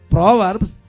Proverbs